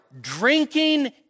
drinking